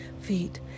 feet